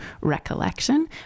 Recollection